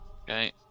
Okay